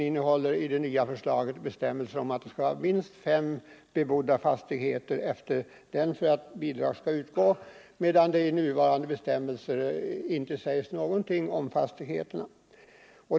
I det nya förslaget krävs att minst fem bebodda fastigheter skall finnas utmed en vägslinga för att bidrag skall utgå, medan det i nuvarande bestämmelser inte sägs någonting om antalet fastigheter.